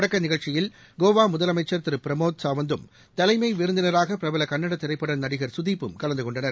தொடக்க நிகழ்ச்சியில் கோவா முதலமைச்சர் திரு பிரமோத் சாவந்த்தும் தலைமை விருந்தினராக பிரபல கன்னட திரைப்பட நடிகர் சுதிப்பும் கலந்து கொண்டனர்